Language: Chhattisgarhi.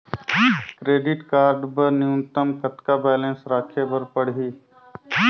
क्रेडिट कारड बर न्यूनतम कतका बैलेंस राखे बर पड़ही?